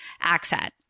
accent